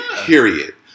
Period